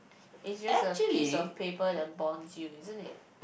is just a piece of paper that bonds you isn't it